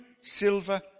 silver